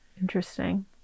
Interesting